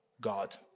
God